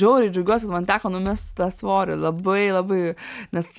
žiauriai džiaugiuosi man teko numest tą svorį labai labai nes